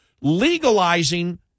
legalizing